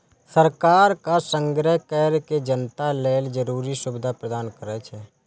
सरकार कर संग्रह कैर के जनता लेल जरूरी सुविधा प्रदान करै छै